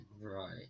right